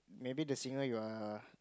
maybe the singer you are